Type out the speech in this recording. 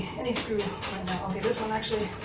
any screw. okay this one actually